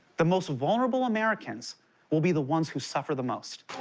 the most vulnerable americans will be the ones who suffer the most.